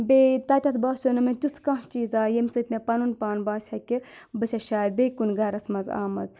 بیٚیہِ تَتؠتھ باسیٚو نہٕ مےٚ تیُتھ کانٛہہ چیٖزا ییٚمہِ سۭتۍ مےٚ پَنُن پان باسہِ ہا کہِ بہٕ چھَس شاید بیٚیہِ کُن گَرَس منٛز آمٕژ